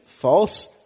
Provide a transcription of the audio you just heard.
false